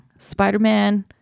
Spider-Man